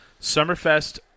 Summerfest